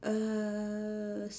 err